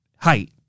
height